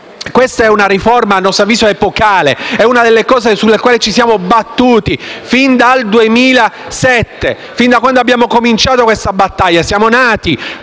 Questa è una riforma a nostro avviso epocale. È una delle questioni sulle quali ci siamo battuti fin dal 2007, fin da quando abbiamo cominciato questa battaglia. Noi siamo nati